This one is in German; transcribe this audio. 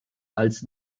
als